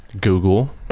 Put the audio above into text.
Google